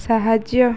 ସାହାଯ୍ୟ